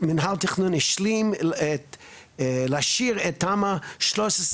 מנהל תכנון השלים להשאיר את תמ"א 6/13,